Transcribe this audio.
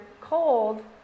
cold